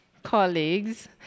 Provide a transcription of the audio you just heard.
colleagues